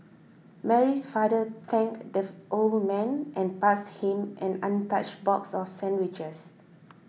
Mary's father thanked the old man and passed him an untouched box of sandwiches